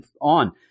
on